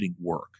work